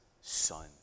son